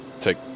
take